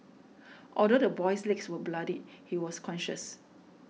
although the boy's legs were bloodied he was conscious